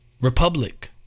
republic